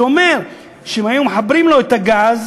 שאומר שאם היו מחברים לו את הגז,